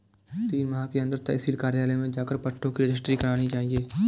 तीन माह के अंदर तहसील कार्यालय में जाकर पट्टों की रजिस्ट्री करानी चाहिए